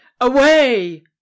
away